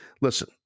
listen